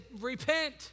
repent